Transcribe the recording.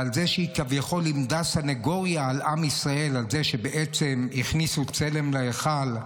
על זה שהיא כביכול לימדה סנגוריה על עם ישראל על זה שהכניסו צלם להיכל,